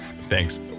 Thanks